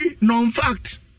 non-fact